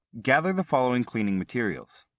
gather the following cleaning materials